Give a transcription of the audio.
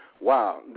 Wow